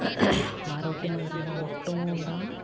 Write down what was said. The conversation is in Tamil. ஆரோக்கியமாக இருந்தால் மட்டும் தான்